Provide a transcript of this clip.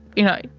you know,